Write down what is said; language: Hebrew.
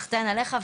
סחתיין עליך.